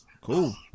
cool